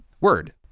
word